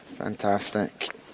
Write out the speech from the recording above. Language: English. Fantastic